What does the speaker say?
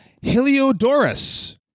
Heliodorus